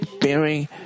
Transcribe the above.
bearing